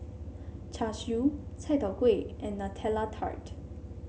Char Siu Chai Tow Kway and Nutella Tart